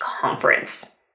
conference